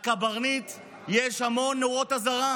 לקברניט יש המון נורות אזהרה,